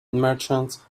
merchants